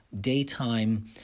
daytime